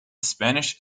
spanish